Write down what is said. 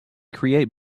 create